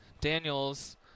Daniels